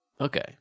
okay